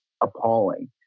appalling